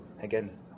again